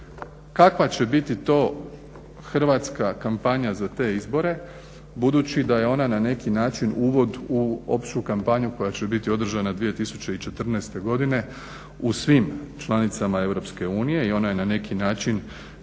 kakva će biti to hrvatska kampanja za te izbore budući da je ona na neki način uvod u opću kampanju koja će biti održana 2014.godine u svim članicama EU i ona je neki način